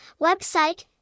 website